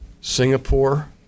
Singapore